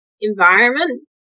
environment